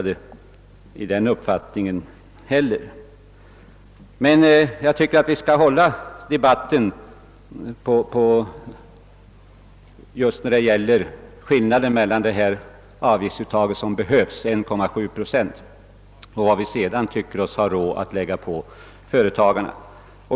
Debatten gäller, som sagt, skillnaden mellan det avgiftsuttag som behövs, 1,7 procent, och vad vi sedan tycker oss ha råd att lägga på företagarna.